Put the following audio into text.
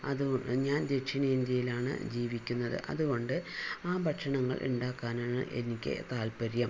അതും ഞാൻ ദക്ഷിണേന്ത്യയിലാണ് ജീവിക്കുന്നത് അത് കൊണ്ട് ആ ഭക്ഷണങ്ങൾ ഉണ്ടാക്കാനാണ് എനിക്ക് താത്പര്യം